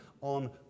on